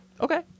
okay